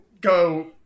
go